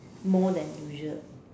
more than usual